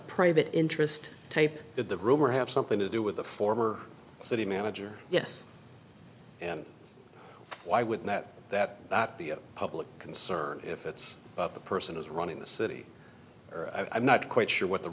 private interest tape that the rumor have something to do with the former city manager yes and why would that that that the public concern if it's the person who's running the city i'm not quite sure what the